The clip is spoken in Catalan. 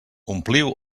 ompliu